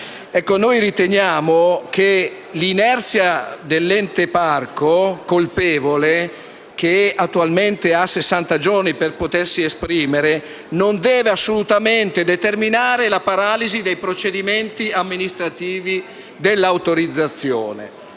noi riteniamo che l’inerzia colpevole dell’Ente parco, che attualmente ha sessanta giorni per potersi esprimere, non deve assolutamente determinare la paralisi dei procedimenti amministrativi dell’autorizzazione.